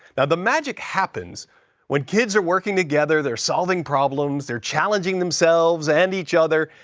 now, the magic happens when kids are working together, they're solving problems, they're challenging themselves and each other,